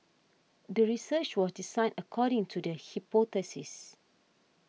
the research was designed according to the hypothesis